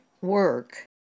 work